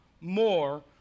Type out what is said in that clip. more